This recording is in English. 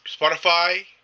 spotify